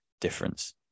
difference